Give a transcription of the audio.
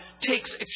takes